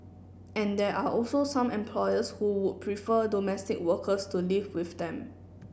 and there are also some employers who would prefer domestic workers to live with them